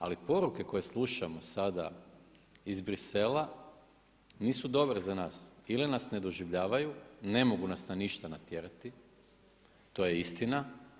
Ali poruke koje slušamo sada iz Bruxellesa nisu dobre za nas ili nas ne doživljavaju, ne mogu nas na ništa natjerati to je istina.